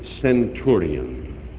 centurion